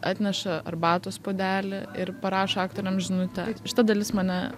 atneša arbatos puodelį ir parašo aktoriams žinutę šita dalis mane